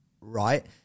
right